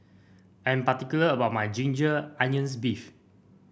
I am particular about my Ginger Onions beef